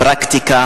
פרקטיקה,